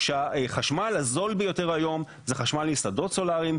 שהחשמל הזול ביותר היום זה חשמל עם שדות סולאריים,